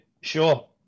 sure